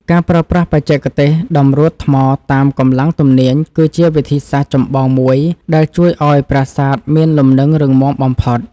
ការប្រើប្រាស់បច្ចេកទេសតម្រួតថ្មតាមកម្លាំងទំនាញគឺជាវិធីសាស្រ្តចម្បងមួយដែលជួយឱ្យប្រាសាទមានលំនឹងរឹងមាំបំផុត។